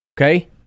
okay